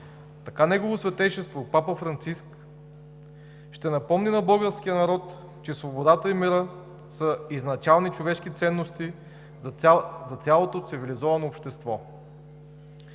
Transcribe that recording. така Негово Светейшество папа Франциск ще напомни на българския народ, че свободата и мирът са изначални човешки ценности за цялото цивилизовано общество.